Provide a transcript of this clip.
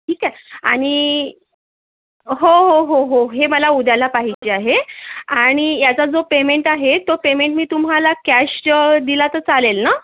ठीक आहे आणि हो हो हो हो हे मला उद्याला पाहिजे आहे आणि याचा जो पेमेंट आहे तो पेमेंट मी तुम्हाला कॅश दिला तर चालेल ना